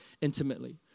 intimately